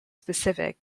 specific